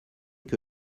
que